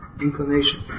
inclination